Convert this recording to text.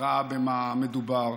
ראה במה מדובר.